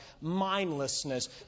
mindlessness